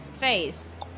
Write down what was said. Face